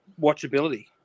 watchability